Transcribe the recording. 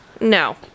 no